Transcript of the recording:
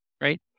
right